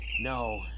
No